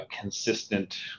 consistent